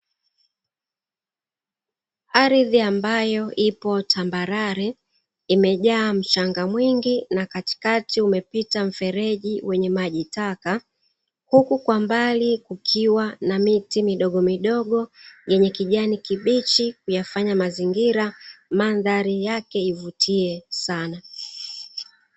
Ardhi ambayo ipo tambarare imejaa mchanga mwingi na katikati umepita mfereji wenye maji taka, huku kwa mbali kukiwa na miti midogo midogo yenye kijani kibichi kuyafanya mazingira mandhari yake ivutie sana.